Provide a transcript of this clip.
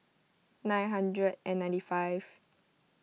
nine hundred and ninety five